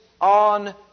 on